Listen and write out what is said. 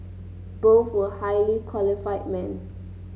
both were highly qualified men